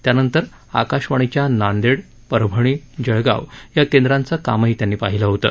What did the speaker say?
त्यानंतर आकाशवाणीच्या नांदेड परभणी जळगाव या केंद्रांचं कामही त्यांनी पाहिलं होतं